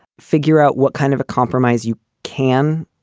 figure out what kind of a compromise you can